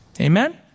Amen